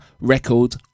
record